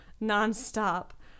non-stop